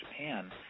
Japan